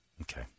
Okay